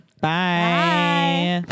bye